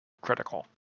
critical